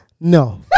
No